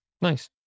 Nice